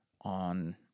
on